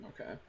Okay